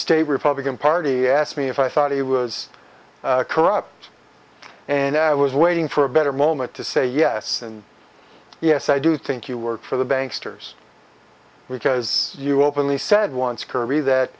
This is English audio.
state republican party asked me if i thought it was corrupt and i was waiting for a better moment to say yes and yes i do think you work for the banks toure's because you openly said once curry that